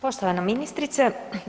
Poštovana ministrice.